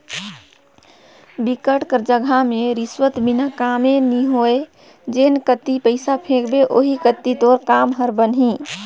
बिकट कर जघा में रिस्वत बिना कामे नी होय जेन कती पइसा फेंकबे ओही कती तोर काम हर बनही